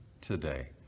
today